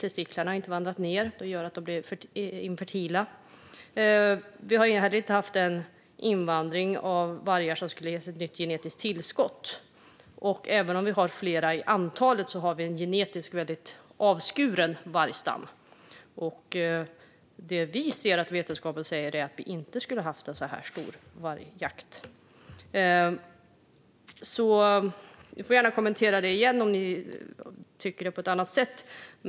Testiklarna har inte vandrat ned, vilket gör att de blir infertila. Vi har heller inte haft en invandring av vargar som skulle ha gett ett nytt genetiskt tillskott. Även om vi har fler vargar till antalet har vi en genetiskt väldigt avskuren vargstam. Det vi ser att vetenskapen säger är att vi inte skulle ha haft en så stor vargjakt. Du får gärna kommentera detta igen om ni tycker annorlunda, Elin Nilsson.